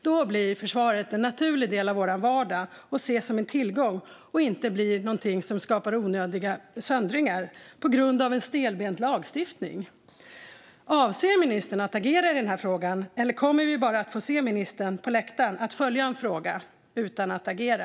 Då blir försvaret en naturlig del av vår vardag och ses som en tillgång i stället för att bli något som skapar onödig söndring på grund av en stelbent lagstiftning. Avser ministern att agera i denna fråga, eller kommer vi bara att få se ministern följa den på läktaren utan att agera?